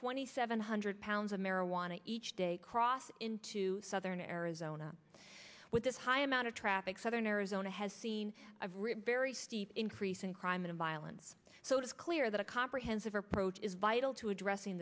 twenty seven hundred pounds of marijuana each day cross into southern arizona with this high amount of traffic southern arizona has seen very steep increase in crime and violence so it is clear that a comprehensive approach is vital to addressing